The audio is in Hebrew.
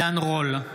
עידן רול,